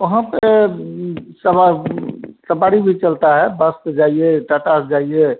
वहाँ पर सवा सवारी भी चलता है बस से जाइए टाटा से जाइए